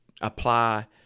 apply